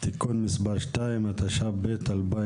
(תיקון מס' 2), התשפ"ב-2022.